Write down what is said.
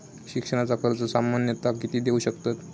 शिक्षणाचा कर्ज सामन्यता किती देऊ शकतत?